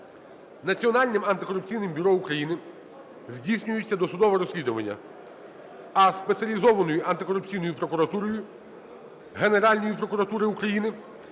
Національним антикорупційним бюро України здійснюється досудове розслідування, а Спеціалізованою антикорупційною прокуратурою, Генеральною прокуратурою України